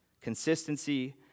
Consistency